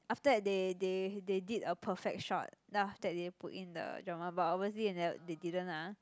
after that they they they did a perfect shot then after that they put in the drama but obviously they never they didn't ah